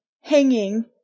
hanging